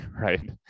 Right